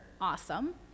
Awesome